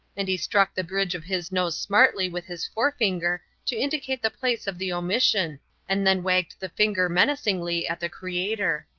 and he struck the bridge of his nose smartly with his forefinger to indicate the place of the omission and then wagged the finger menacingly at the creator.